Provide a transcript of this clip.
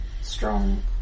strong